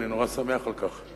ואני נורא שמח על כך.